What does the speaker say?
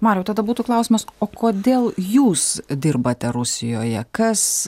mariau tada būtų klausimas o kodėl jūs dirbate rusijoje kas